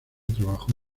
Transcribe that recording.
trabajó